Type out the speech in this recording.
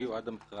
שהגיעו עד למכרז.